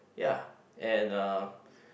ya and uh